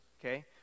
okay